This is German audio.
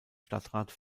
stadtrat